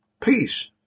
peace